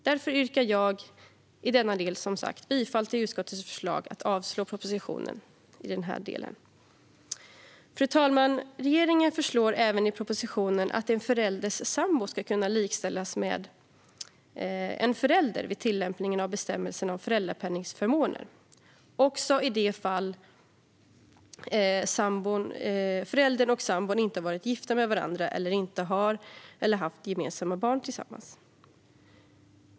Därför yrkar jag, som sagt, bifall till utskottets förslag att avslå propositionen i denna del. Fru talman! Regeringen föreslår även i propositionen att en förälders sambo ska kunna likställas med en förälder vid tillämpningen av bestämmelserna om föräldrapenningförmåner, också i de fall föräldern och sambon inte har varit gifta med varandra eller inte har eller har haft gemensamma barn.